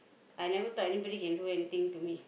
I never thought anybody can do anything to me